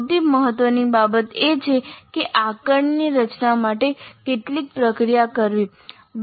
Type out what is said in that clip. સૌથી મહત્ત્વની બાબત એ છે કે આકારણીની રચના માટે કેટલીક પ્રક્રિયા કરવી